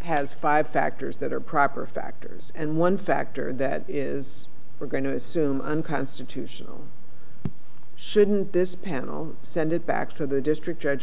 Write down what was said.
has five factors that are proper factors and one factor that is we're going to assume unconstitutional shouldn't this panel send it back so the district judge